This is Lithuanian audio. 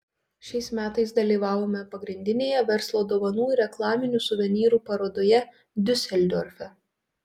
šiais metais dalyvavome pagrindinėje verslo dovanų ir reklaminių suvenyrų parodoje diuseldorfe